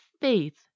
faith